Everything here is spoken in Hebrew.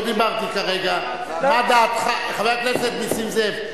לא דיברתי כרגע מה דעתך ------ חבר הכנסת נסים זאב,